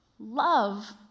Love